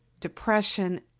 depression